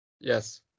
Yes